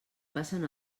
passen